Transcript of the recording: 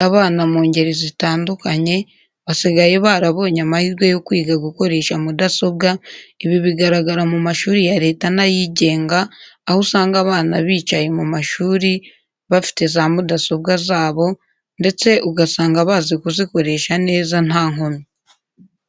Muri iki gihe abana mu ngeri zitandukanye basigaye barabonye amahirwe yo kwiga gukoresha mudasobwa, ibi bigaragara mu mashuri ya leta n'ayigenga aho usanga abana bicaye mu mashuri bafite za mudasobwa zabo ndetse ugasanga bazi kuzikoresha neza nta nkomyi.